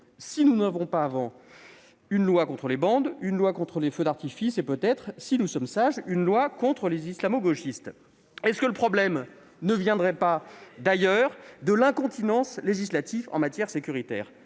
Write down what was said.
si nous n'avons pas, auparavant, un texte contre les bandes, un autre contre les feux d'artifice et, peut-être, si nous sommes sages, un troisième contre les islamo-gauchistes .... Le problème ne viendrait-il pas plutôt de l'incontinence législative en matière sécuritaire ?